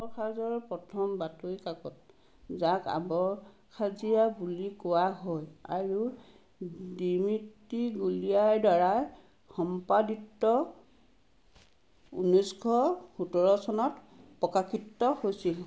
আবখাজৰ প্ৰথম বাতৰি কাকত যাক আবখাজিয়া বুলি কোৱা হয় আৰু দিমিত্ৰী গুলিয়াৰ দ্বাৰা সম্পাদিত ঊনৈছশ সোতৰ চনত প্ৰকাশিত হৈছিল